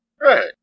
Right